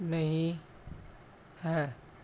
ਨਹੀਂ ਹੈ